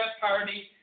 Party